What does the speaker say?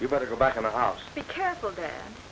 you better go back in the house